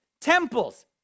temples